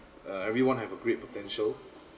uh everyone have a great potential